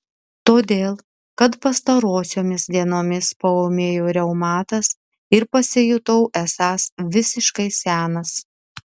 todėl kad pastarosiomis dienomis paūmėjo reumatas ir pasijutau esąs visiškai senas